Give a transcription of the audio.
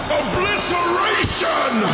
obliteration